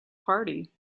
party